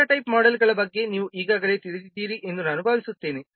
prototype ಮೋಡೆಲ್ಗಳ ಬಗ್ಗೆ ನೀವು ಈಗಾಗಲೇ ತಿಳಿದಿದ್ದೀರಿ ಎಂದು ನಾನು ಭಾವಿಸುತ್ತೇನೆ